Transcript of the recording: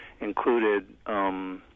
included